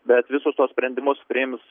bet visus tuos sprendimus priims